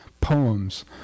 poems